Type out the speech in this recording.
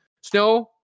snow